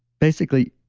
basically,